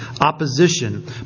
opposition